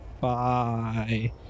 Bye